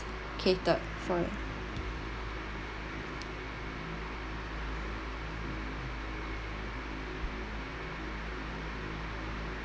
catered for it